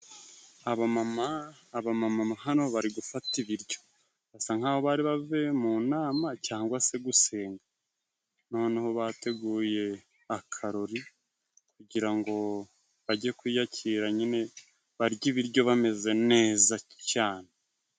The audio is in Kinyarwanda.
Aba mama hano, bari gufata ibiryo, basa nk’aho bari bavuye mu nama cyangwa se gusenga, noneho bateguye akarori, kugirango ngo bajye kwiyakira nyine, barye ibiryo, bameze neza cyane.